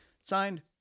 Signed